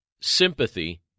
sympathy